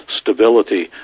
stability